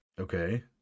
Okay